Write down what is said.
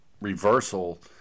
reversal